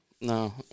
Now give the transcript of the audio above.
No